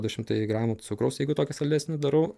du šimtai gramų cukraus jeigu tokį saldesnį darau